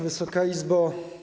Wysoka Izbo!